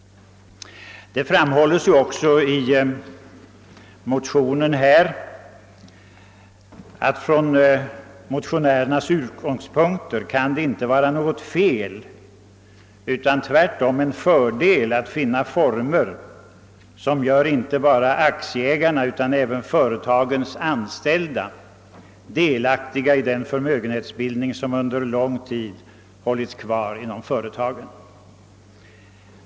Det framhålls också i motionerna att det inte kan vara något fel utan tvärtom en fördel att försöka finna former som gör inte enbart aktieägarna utan även företagets anställda delaktiga i en förmögenhetsbildning som under lång tid hålls kvar i företagen.